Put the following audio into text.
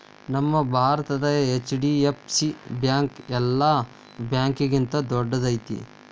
ನಮ್ಮ ಭಾರತದ HDFC bank ಯೆಲ್ಲಾ ಬ್ಯಾಂಕ್ಗಿಂತಾ ದೊಡ್ದೈತಿ